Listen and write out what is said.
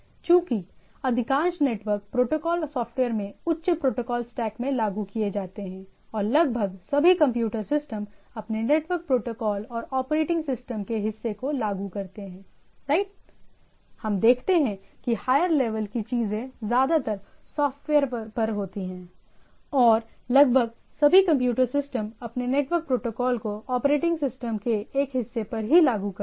चूंकि अधिकांश network protocol software में उच्च प्रोटोकॉल स्टैक में लागू किए जाते हैं और लगभग सभी कंप्यूटर सिस्टम अपने नेटवर्क प्रोटोकॉल और ऑपरेटिंग सिस्टम के हिस्से को लागू करते हैं राइट हम देखते हैं कि हायर लेवल की चीजें ज्यादातर सॉफ्टवेयर पर होती हैं और लगभग सभी कंप्यूटर सिस्टम अपने नेटवर्क प्रोटोकॉल को ऑपरेटिंग सिस्टम के एक हिस्से पर ही लागू करते हैं